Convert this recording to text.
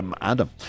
Adam